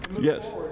Yes